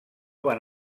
van